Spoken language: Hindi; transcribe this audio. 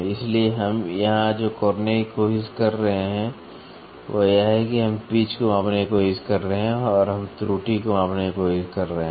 इसलिए यहां हम जो करने की कोशिश कर रहे हैं वह यह है कि हम पिच को मापने की कोशिश कर रहे हैं और हम त्रुटि को मापने की कोशिश कर रहे हैं